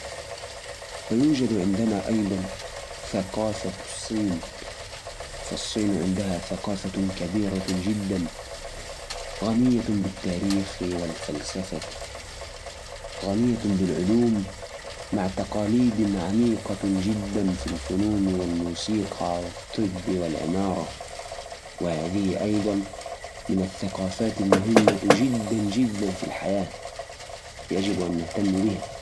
ثقافه الصين غنية جداً ومتنوعة تشمل فنوناً مثل الخط والرسم والنحت عندهم عادات وتقاليد قوية مثل الإحتفال بالسنة الصينية الجديدة اللي تعتبر فرصة للتجمع العائلي كمان المطبخ الصيني مشهور بأطباقها المميزه مثل النودلز والبانكيك .اللغة الصينية نفسها معقدة ولها لهجات متعددة لكن اللغة المكتوبة تعتمد على الرموز الصينية